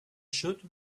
should